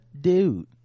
dude